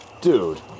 Dude